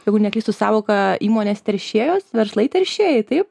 jeigu neklystu sąvoką įmonės teršėjos verslai teršėjai taip